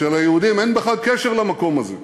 שליהודים אין בכלל קשר למקום הזה.